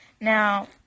Now